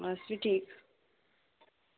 अस बी ठीक